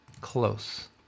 close